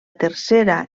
tercera